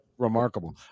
remarkable